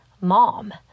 mom